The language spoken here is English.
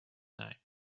time